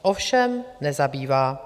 Ovšem nezabývá.